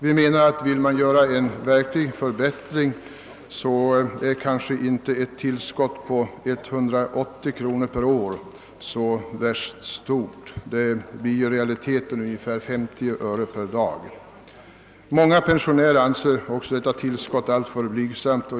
Om man vill göra en verklig förbättring, är ett tillskott på 180 kronor per år inte så stort. I realiteten blir det ungefär 50 öre om dagen. Många pensionärer anser också detta tillskott vara alltför blygsamt.